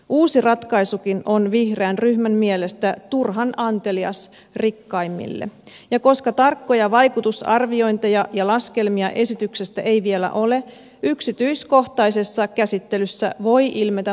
uusi ratkaisukin on vihreän ryhmän mielestä turhan antelias rikkaimmille ja koska tarkkoja vaikutusarviointeja ja laskelmia esityksestä ei vielä ole yksityiskohtaisessa käsittelyssä voi ilmetä muutostarpeita